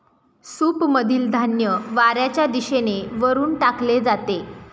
सूपमधील धान्य वाऱ्याच्या दिशेने वरून टाकले जाते